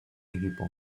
equipo